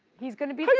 he's gonna be but